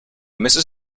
misses